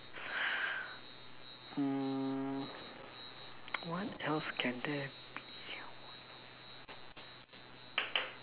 hmm what else can there be